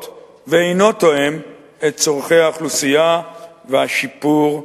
ואינו תואם את צורכי האוכלוסייה והשיפור הטכנולוגי.